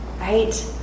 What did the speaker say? right